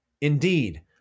indeed